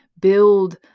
build